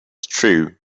true